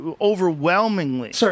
overwhelmingly